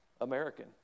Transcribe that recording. American